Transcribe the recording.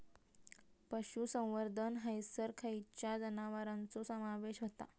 पशुसंवर्धन हैसर खैयच्या जनावरांचो समावेश व्हता?